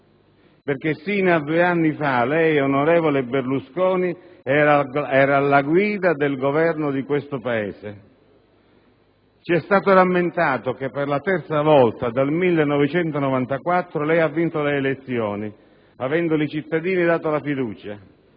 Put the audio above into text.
perché sino a due anni fa lei, onorevole Berlusconi, era alla guida del Governo di questo Paese. Ci è stato rammentato che per la terza volta dal 1994 lei ha vinto le elezioni, avendole i cittadini dato la fiducia;